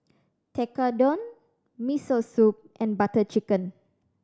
Tekkadon Miso Soup and Butter Chicken